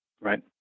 right